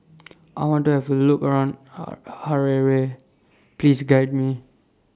I want to Have A Look around Harare Please Guide Me